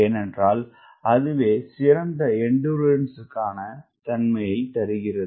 ஏனென்றால் அதுவேசிறந்தஎண்டுறன்ஸ் கானதன்மையைதருகிறது